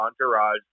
entourage